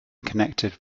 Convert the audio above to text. connected